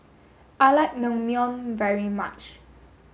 I like Naengmyeon very much